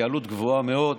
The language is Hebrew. היא עלות גבוהה מאוד